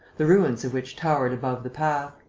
the ruins of which towered above the path.